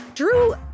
Drew